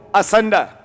asunder